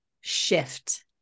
shift